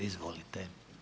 Izvolite.